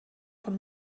von